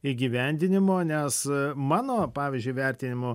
įgyvendinimo nes mano pavyzdžiui vertinimu